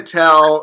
tell